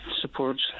supports